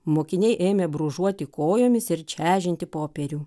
mokiniai ėmė brūžuoti kojomis ir čežinti popierių